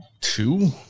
Two